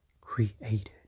created